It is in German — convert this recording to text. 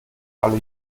alle